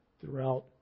throughout